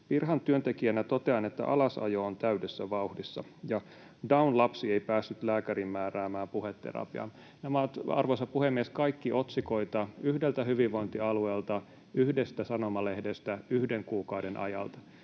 ”Pirhan työntekijänä totean, että alasajo on täydessä vauhdissa” ja ”Down-lapsi ei päässyt lääkärin määräämään puheterapiaan”. Nämä ovat, arvoisa puhemies, kaikki otsikoita yhdeltä hyvinvointialueelta, yhdestä sanomalehdestä, yhden kuukauden ajalta.